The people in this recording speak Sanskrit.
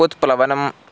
उत्प्लवनम्